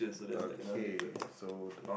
okay so